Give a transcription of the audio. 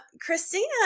Christina